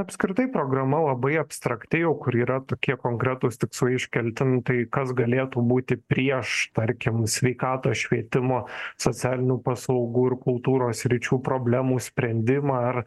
apskritai programa labai abstrakti jau kur yra tokie konkretūs tikslai iškelti nu tai kas galėtų būti prieš tarkim sveikatos švietimo socialinių paslaugų ir kultūros sričių problemų sprendimą ar